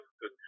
good